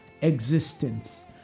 existence